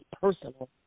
personal